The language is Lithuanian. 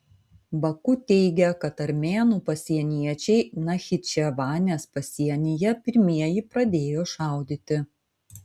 baku teigia kad armėnų pasieniečiai nachičevanės pasienyje pirmieji pradėjo šaudyti